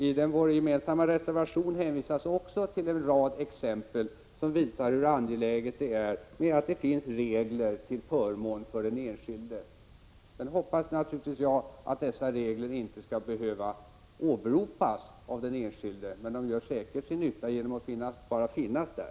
I vår gemensamma reservation hänvisas också till en rad exempel som visar hur angeläget det är att det finns regler till förmån för den enskilde. Jag hoppas naturligtvis att dessa regler inte skall behöva åberopas av den enskilde. Men de gör säkert nytta genom att bara finnas där.